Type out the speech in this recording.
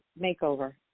makeover